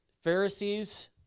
Pharisees